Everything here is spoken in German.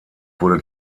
wurde